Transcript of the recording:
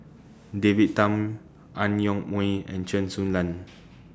David Tham Ang Yoke Mooi and Chen Su Lan